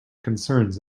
concerns